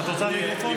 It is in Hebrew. לא צריך.